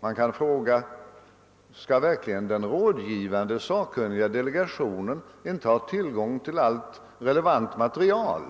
Man kan fråga: Skall verkligen den rådgivande sakkunniga delegationen inte ha tillgång till allt relevant material?